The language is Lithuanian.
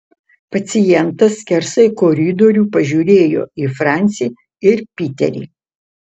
pacientas skersai koridorių pažiūrėjo į francį ir piterį